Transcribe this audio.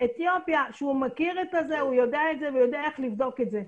אתיופיה שהוא מכיר ויודע איך לבדוק את זה.